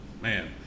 Man